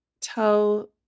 tell